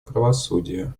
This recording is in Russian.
правосудия